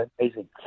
amazing